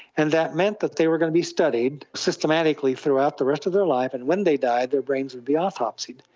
and that meant that they were going to be studied systematically throughout the rest of their life and when they died their brains would be autopsied.